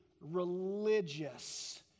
religious